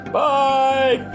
bye